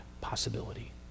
possibility